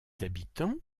habitants